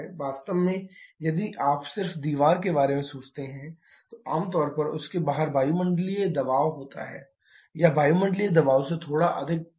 वास्तव में यदि आप सिर्फ दीवार के बारे में सोचते हैं तो आमतौर पर उसके बाहर वायुमंडलीय दबाव होता है या वायुमंडलीय दबाव से थोड़ा अधिक होता है